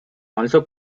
also